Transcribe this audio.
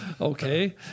okay